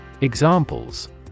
Examples